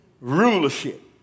rulership